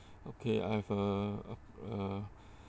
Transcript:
okay I've uh uh